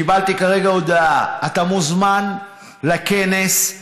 קיבלתי כרגע הודעה: אתה מוזמן לכנס,